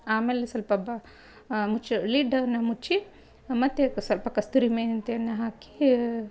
ಆಮೇಲೆ ಸಲ್ಪ ಬ ಮುಚ್ಚು ಲಿಡ್ಡನ್ನ ಮುಚ್ಚಿ ಮತ್ತೇ ಸ್ವಲ್ಪ ಕಸ್ತೂರಿ ಮೆಂತೆಯನ್ನ ಹಾಕೀ